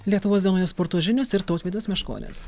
lietuvos dienoje sporto žinios ir tautvydas meškonis